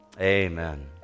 Amen